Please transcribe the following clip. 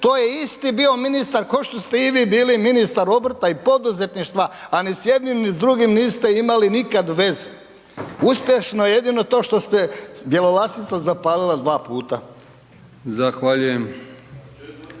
To je isto bio ministar ko što ste i vi bili ministar obrta i poduzetništva, a ni s jednim ni s drugim niste imali nikad veze. Uspješno je jedino to što se Bjelolasica zapalila dva puta. **Brkić,